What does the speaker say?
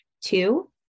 two